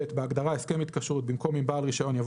בהגדרה "הסכם התקשרות" במקום "עם בעל רישיון" יבוא